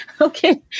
Okay